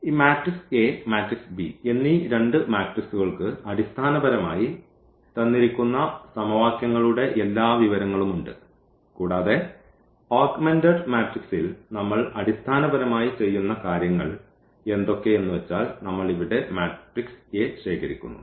ഈ matrix A matrix b എന്നീ രണ്ട് മാട്രിക്സ്കൾക്ക് അടിസ്ഥാനപരമായി തന്നിരിക്കുന്ന സമവാക്യങ്ങളുടെ എല്ലാ വിവരങ്ങളും ഉണ്ട് കൂടാതെ ഓഗ്മെന്റഡ് മാട്രിക്സിൽ നമ്മൾ അടിസ്ഥാനപരമായി ചെയ്യുന്ന കാര്യങ്ങൾ എന്തൊക്കെ എന്നുവെച്ചാൽ നമ്മൾ ഇവിടെ മാട്രിക്സ് A ശേഖരിക്കുന്നു